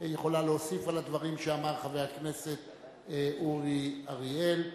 יכולה להוסיף על הדברים שאמר חבר הכנסת אורי אריאל.